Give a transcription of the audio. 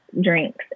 drinks